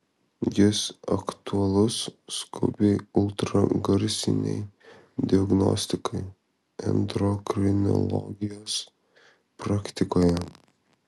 jis aktualus skubiai ultragarsinei diagnostikai endokrinologijos praktikoje